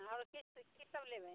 आओर की स् कीसभ लेबै